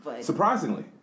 Surprisingly